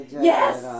Yes